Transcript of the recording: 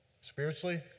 spiritually